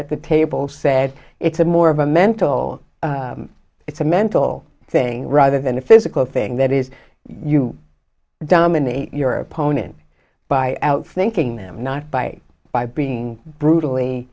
at the table said it's a more of a mental it's a mental thing rather than a physical thing that is you dominate your opponent by outflanking them not by by being brutally